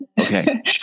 Okay